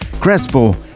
Crespo